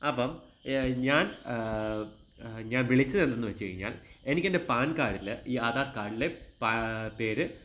അപ്പോള് ഞാൻ ഞാൻ വിളിച്ചതെന്തെന്ന് വച്ചുകഴിഞ്ഞാൽ എനിക്കെൻ്റെ പാൻ കാഡില് ഈ ആധാർ കാഡില് പേ പേര്